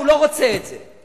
הוא לא רוצה את זה.